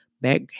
back